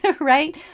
right